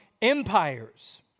empires